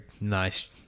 nice